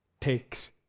takes